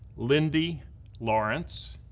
lindy lawrence,